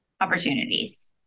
opportunities